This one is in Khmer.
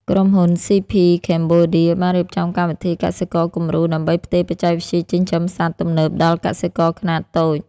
ក្រុមហ៊ុន ស៉ីភី ខេមបូឌា (CP Cambodia) បានរៀបចំកម្មវិធី "កសិករគំរូ" ដើម្បីផ្ទេរបច្ចេកវិទ្យាចិញ្ចឹមសត្វទំនើបដល់កសិករខ្នាតតូច។